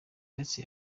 ndetse